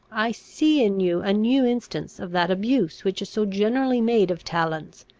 i see in you a new instance of that abuse which is so generally made of talents,